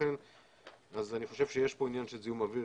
לכן אני חושב שיש כאן עניין של זיהום אוויר